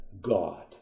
God